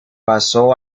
pasó